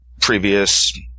previous